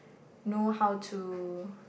know how to